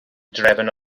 drefn